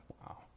Wow